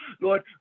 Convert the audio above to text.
Lord